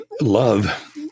love